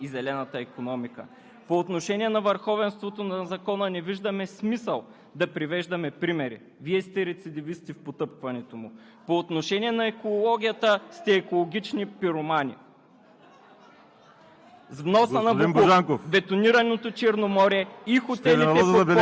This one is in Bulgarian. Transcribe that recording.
следващия програмен период Европа обвързва кохезионните фондове с върховенството на закона и зелената икономика. По отношение на върховенството на закона не виждаме смисъл да привеждаме примери – Вие сте рецидивисти в потъпкването му. По отношение на екологията сте екологични пиромани.